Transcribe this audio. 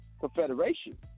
Confederation